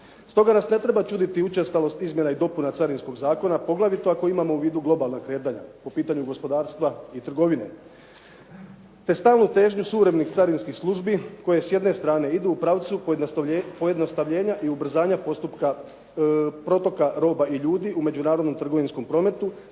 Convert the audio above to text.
Stoga nas ne treba čuditi učestalost Izmjena i dopuna Carinskog zakona poglavito ako imamo u vidu globalna kretanja po pitanju gospodarstva i trgovine, te stalnu težnju suvremenih carinskih službi koji s jedne strane idu u pravcu pojednostavljenja i ubrzanja postupka protoka roba i ljudi u međunarodnom trgovinskom prometu,